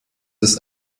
ist